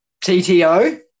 TTO